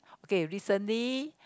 okay recently